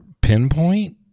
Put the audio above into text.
pinpoint